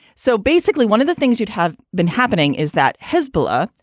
so basically, one of the things you'd have been happening is that hezbollah,